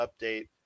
update